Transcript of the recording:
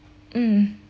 mm